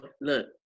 look